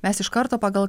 mes iš karto pagal